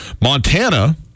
Montana